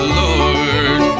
lord